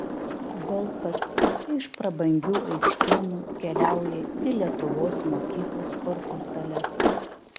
golfas iš prabangių aikštynų keliauja į lietuvos mokyklų sporto sales